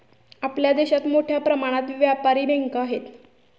आपल्या देशात मोठ्या प्रमाणात व्यापारी बँका आहेत